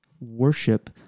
worship